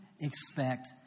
expect